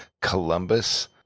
Columbus